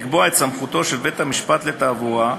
לקבוע את סמכותו של בית-המשפט לתעבורה,